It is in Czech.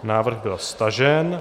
Návrh byl stažen.